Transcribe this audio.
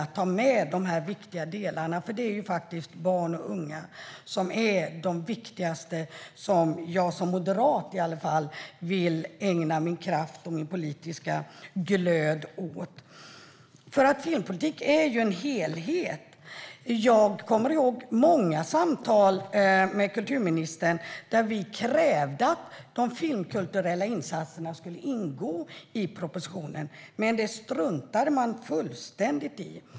I alla fall för mig som moderat är barn och unga dem som jag vill ägna min kraft och politiska glöd åt. Filmpolitik är en helhet. Vi hade många samtal med kulturministern där vi krävde att de filmkulturella insatserna skulle ingå i propositionen. Det struntade man fullständigt i.